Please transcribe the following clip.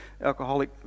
Alcoholic